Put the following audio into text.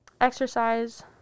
exercise